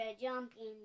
jumping